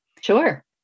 Sure